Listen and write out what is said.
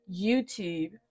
YouTube